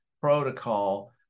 protocol